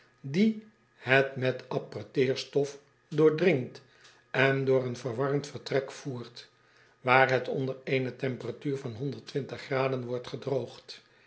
die het met appreteerstof doordringt en door een verwarmd vertrek voert waar het onder eene temperatuur van graden wordt gedroogd